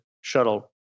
shuttle